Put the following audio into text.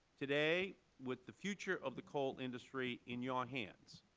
today, with the future of the coal industry in your hands,